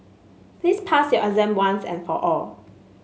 please pass your exam once and for all